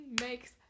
makes